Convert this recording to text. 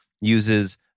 uses